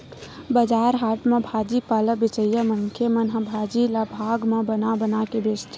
बजार हाट म भाजी पाला बेचइया मनखे मन ह भाजी ल भाग म बना बना के बेचथे